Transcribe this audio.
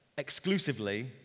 Exclusively